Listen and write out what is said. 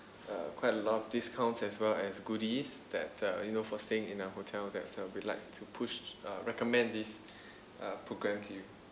uh quite a lot of discounts as well as goodies that uh you know for staying in our hotel that uh we like to push uh recommend this uh program to you